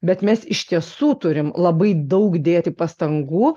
bet mes iš tiesų turim labai daug dėti pastangų